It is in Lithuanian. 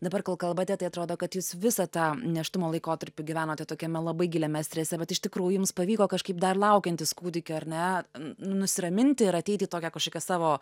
dabar kol kalbate tai atrodo kad jūs visą tą nėštumo laikotarpiu gyvenate tokiame labai giliame strese bet iš tikrųjų jums pavyko kažkaip dar laukiantis kūdikio ar ne n nusiraminti ir ateiti į tokią kažkokią savo